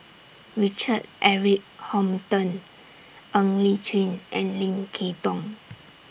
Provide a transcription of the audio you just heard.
Richard Eric Holttum Ng Li Chin and Lim Kay Tong